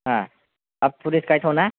हा आफ tourist guide हो ना